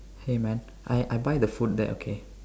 hey man I I buy the food there okay